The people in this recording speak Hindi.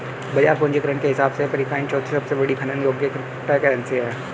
बाजार पूंजीकरण के हिसाब से पीरकॉइन चौथी सबसे बड़ी खनन योग्य क्रिप्टोकरेंसी है